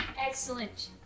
Excellent